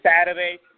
Saturday